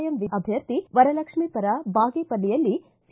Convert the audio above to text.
M ಅಭ್ಯರ್ಥಿ ವರಲಕ್ಷ್ಮಿ ಪರ ಬಾಗೇಪಲ್ಲಿಯಲ್ಲಿ ಸಿ